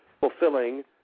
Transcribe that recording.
fulfilling